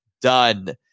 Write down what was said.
Done